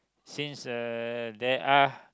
since uh there are